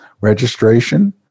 registration